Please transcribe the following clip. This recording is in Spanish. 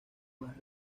más